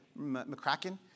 McCracken